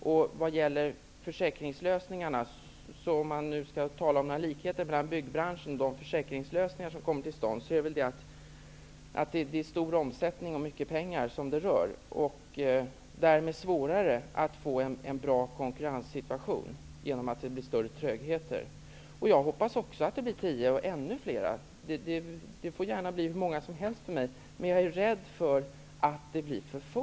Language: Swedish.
Om man nu skall tala om några likheter mellan byggbranschen och de försäkringslösningar som nu skall komma till stånd, rör det sig om stor omsättning och mycket pengar. Därmed blir det svårare att skapa en bra konkurrenssituation i och med att det blir större trögheter. Också jag hoppas att det blir tio intressenter och gärna ännu flera. För min del får det bli hur många som helst, men jag är rädd att det blir för få.